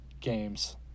games